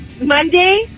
Monday